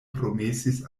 promesis